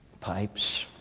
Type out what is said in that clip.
pipes